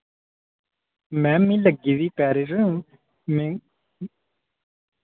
ma'am मि लग्गी दी पैरे च नेईं